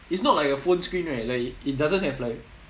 it's not like a phone screen right like it doesn't have like